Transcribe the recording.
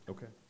Okay